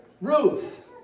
Ruth